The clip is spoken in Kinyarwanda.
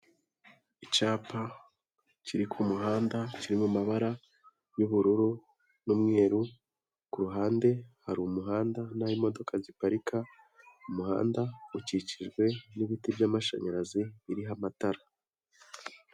Icyapa kiri ku muhanda, kiri mu mabara y'ubururu n'umweru. Kuruhande hari umuhanda na ho imodoka ziparika. Umuhanda ukikijwe n'ibiti byamashanyarazi, biriho amatara.